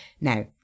Now